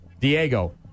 Diego